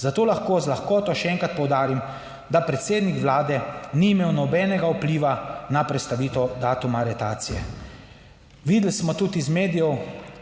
Zato lahko z lahkoto še enkrat poudarim, da predsednik Vlade ni imel nobenega vpliva na prestavitev datuma aretacije.